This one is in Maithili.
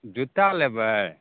जूत्ता लेबै